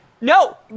No